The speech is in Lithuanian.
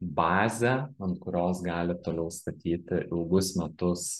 bazę ant kurios galit toliau statyti ilgus metus